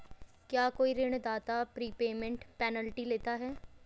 क्या कोई ऋणदाता प्रीपेमेंट पेनल्टी लेता है?